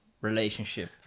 relationship